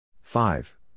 five